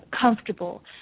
comfortable